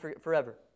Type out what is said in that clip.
forever